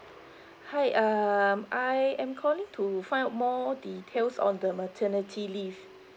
hi um I am calling to find out more details on the maternity leave